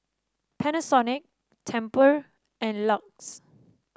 Panasonic Tempur and L U X